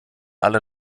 alle